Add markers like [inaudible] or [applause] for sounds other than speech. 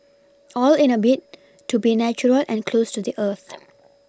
all in a bid to be natural and close to the earth [noise]